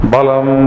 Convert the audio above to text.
Balam